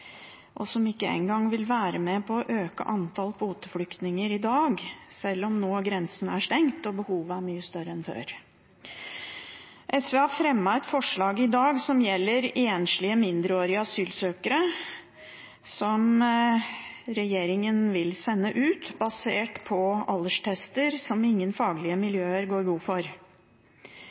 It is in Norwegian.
og som ikke engang vil være med på å øke antall kvoteflyktninger i dag, selv om grensen nå er stengt og behovet er mye større enn før. SV har fremmet et forslag i dag som gjelder enslige mindreårige asylsøkere som regjeringen vil sende ut, basert på alderstester som ingen faglige miljøer går god for.